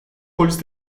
polisi